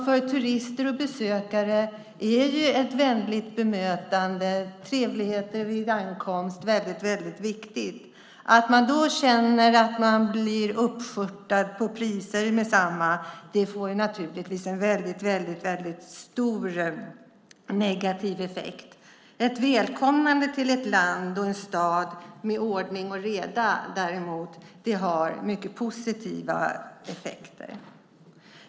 För turister och besökare är ju ett vänligt bemötande, trevligheter vid ankomst, väldigt viktigt. Känner man då att man blir uppskörtad på taxiresan med detsamma får det naturligtvis en väldigt stor negativ effekt. Ett välkomnande till ett land och en stad med ordning och reda däremot har mycket positiva effekter.